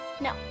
No